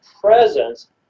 presence